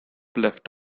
left